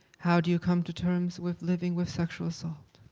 how do you come to terms with living with sexual assault?